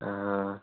हाँ